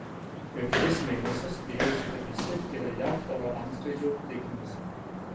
jau kelis mėnesius is džihadistai yra jav oro antskrydžių taikinys